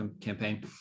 campaign